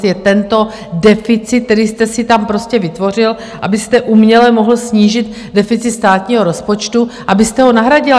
Vaše povinnost je tento deficit, který jste si tam prostě vytvořil, abyste uměle mohl snížit deficit státního rozpočtu, abyste ho nahradil.